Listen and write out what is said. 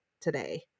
today